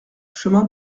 chemin